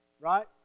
Right